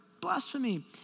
Blasphemy